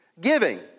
Giving